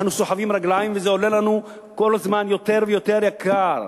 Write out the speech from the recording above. אנחנו סוחבים רגליים וזה כל הזמן נהיה לנו יותר ויותר יקר.